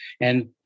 And-